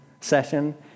session